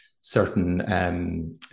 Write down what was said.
certain